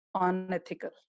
Unethical